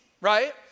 right